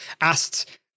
asked